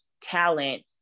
talent